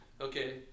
Okay